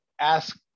ask